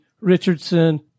Richardson